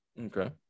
Okay